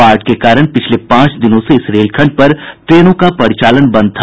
बाढ़ के कारण पिछले पांच दिनों से इस रेलखंड पर ट्रेनों का परिचालन बंद था